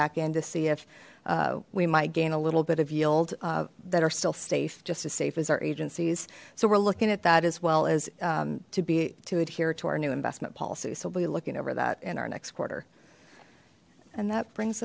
back in to see if we might gain a little bit of yield that are still safe just as safe as our agencies so we're looking at that as well as to be to adhere to our new investment policy so we'll be looking over that in our next quarter and that brings